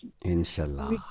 Inshallah